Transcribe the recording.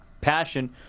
passion